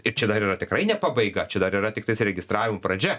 ir čia dar yra tikrai ne pabaiga čia dar yra tiktais registravimo pradžia